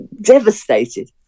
devastated